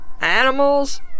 animals